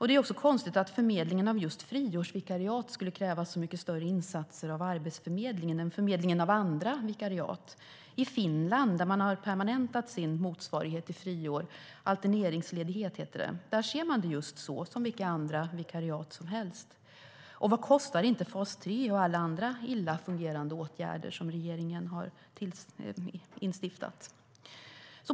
Det är också konstigt att förmedlingen av just friårsvikariat skulle kräva så mycket större insatser av Arbetsförmedlingen än förmedlingen av andra vikariat. I Finland, där man har permanentat sin motsvarighet till friår - där heter det alterneringsledighet - ser man det just så, som vilka andra vikariat som helst. Och vad kostar inte fas 3 och alla andra illa fungerande åtgärder som regeringen har instiftat?